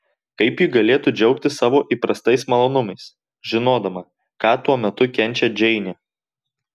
kaip ji galėtų džiaugtis savo įprastais malonumais žinodama ką tuo metu kenčia džeinė